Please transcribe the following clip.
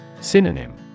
Synonym